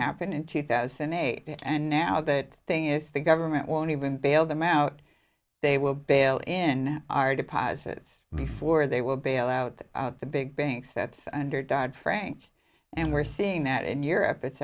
happen in two thousand and eight and now that thing is the government won't even bail them out they will bail in our deposits before they will bail out the big banks that's under died frank and we're seeing that in europe it's